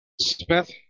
Smith